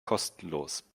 kostenlos